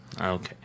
Okay